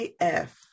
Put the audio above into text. AF